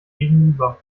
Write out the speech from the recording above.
gegenüber